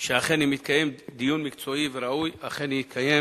חשש אם אכן יתקיים דיון מקצועי וראוי, אכן יתקיים